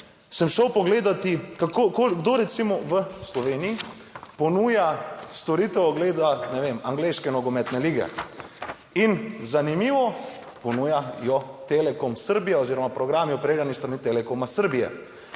sem šel pogledati, kako, kdo recimo v Sloveniji ponuja storitev ogleda, ne vem, angleške nogometne lige in zanimivo ponuja jo Telekom Srbija oziroma programi opremljeni s strani Telekoma Srbije.